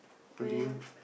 point to you